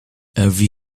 every